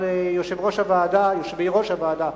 אבל יושבי-ראש הוועדה,